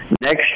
next